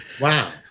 wow